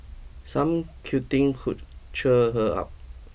some cuddling could cheer her up